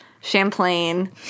Champlain